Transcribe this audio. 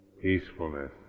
peacefulness